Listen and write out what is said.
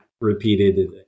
repeated